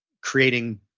creating